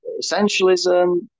essentialism